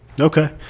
Okay